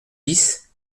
dix